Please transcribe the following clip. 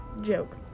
joke